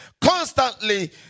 Constantly